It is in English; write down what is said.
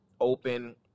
open